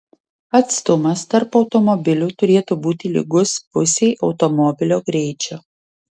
atstumas tarp automobilių turėtų būti lygus pusei automobilio greičio